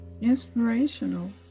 Inspirational